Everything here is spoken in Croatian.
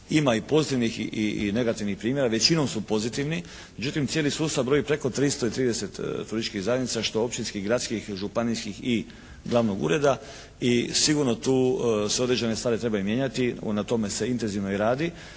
Ima i pozitivnih i negativnih primjera, većinom su pozitivni. Međutim, cijeli sustav broji preko 330 turističkih zajednica što općinskih, gradskih, županijskih i glavnog ureda i sigurno tu se određene stvari trebaju mijenjati, na tome se intenzivno radi